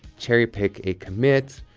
cherry pick a commit,